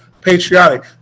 patriotic